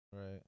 Right